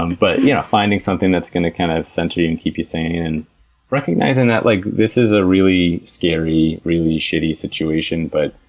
um but yeah finding something that's going to, kind of, center you and keep you sane, and recognizing that like this is a really scary, really shitty situation. but,